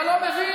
אתה לא מבין,